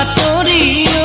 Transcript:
body